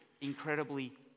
incredibly